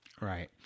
Right